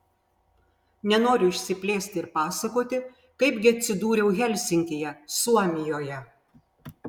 nenoriu išsiplėsti ir pasakoti kaip gi atsidūriau helsinkyje suomijoje